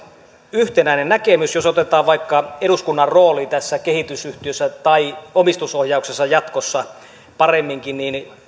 yhtenäinen näkemys jos otetaan vaikka eduskunnan rooli tässä kehitysyhtiössä tai omistusohjauksessa jatkossa paremminkin